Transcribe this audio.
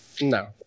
No